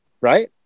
right